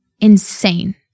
insane